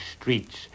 streets